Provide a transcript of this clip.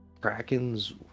Krakens